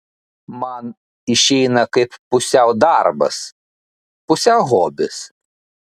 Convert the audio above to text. man išeina kaip pusiau darbas pusiau hobis